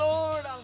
Lord